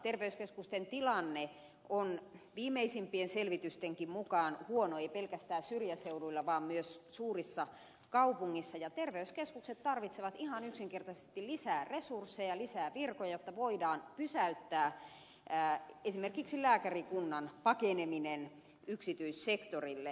terveyskeskusten tilanne on viimeisimpienkin selvitysten mukaan huono ei pelkästään syrjäseuduilla vaan myös suurissa kaupungeissa ja terveyskeskukset tarvitsevat ihan yksinkertaisesti lisää resursseja lisää virkoja jotta voidaan pysäyttää esimerkiksi lääkärikunnan pakeneminen yksityissektorille